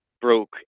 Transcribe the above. broke